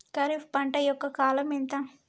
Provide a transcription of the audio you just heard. ఖరీఫ్ పంట యొక్క కాలం ఎంత?